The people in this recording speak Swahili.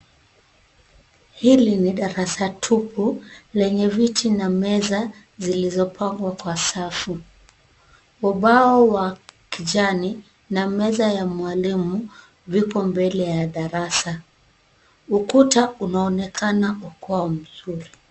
Hili ni darasa tupu lenye viti na meza zilizopangwa kwa safu. Ubao wa kijani na meza ya mwalimu viko mbele ya darasa. Ukuta unaonekana ukiwa mzuri.